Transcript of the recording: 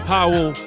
Powell